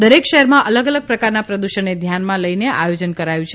દરેક શહેરમાં અલગ અલગ પ્રકારનાં પ્રદૃષણને ધ્યાનમાં લઈને આયોજન કરાયું છે